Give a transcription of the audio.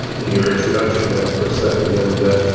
in your introduction there for a second and ah.